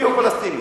מיהו פלסטיני.